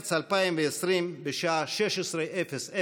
במרץ 2020, בשעה 16:00.